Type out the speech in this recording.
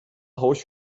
hoş